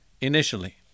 initially